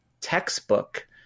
textbook